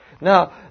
Now